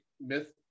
myth